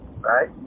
right